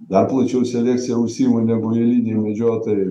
dar plačiau selekciją užsiemu negu eiliniai medžiotojai